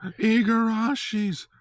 Igarashis